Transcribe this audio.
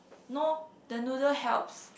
no the noodle helps